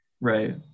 Right